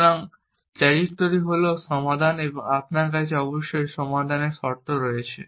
সুতরাং ট্র্যাজেক্টোরি হল সমাধান এবং আপনার কাছে অবশ্যই সমাধানের শর্ত রয়েছে